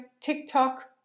TikTok